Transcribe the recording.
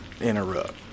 interrupt